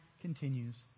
continues